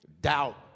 Doubt